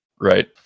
Right